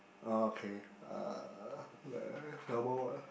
oh okay uh eh some more what